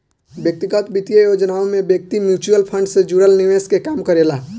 व्यक्तिगत वित्तीय योजनाओं में व्यक्ति म्यूचुअल फंड से जुड़ल निवेश के काम करेला